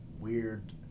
weird